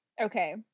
okay